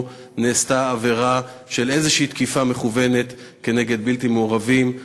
נעשתה עבירה של איזושהי תקיפה מכוונת כנגד בלתי מעורבים.